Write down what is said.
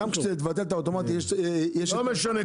גם כשתבטל את האוטומט יש את ה --- לא משנה,